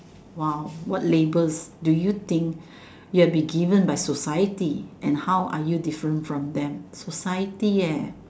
!wow! what labels do you think you're given by society and how are you different from them society yeah